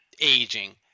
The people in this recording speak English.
aging